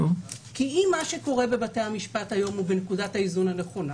כי אם מה שקורה בבתי המשפט היום הוא בנקודת האיזון הנכונה